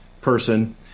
person